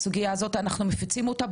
הסוגייה הזאת אנחנו מפיציים אותה,